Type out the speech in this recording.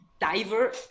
diver